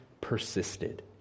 persisted